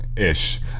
Ish